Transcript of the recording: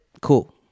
Cool